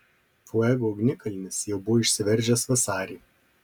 fuego ugnikalnis jau buvo išsiveržęs vasarį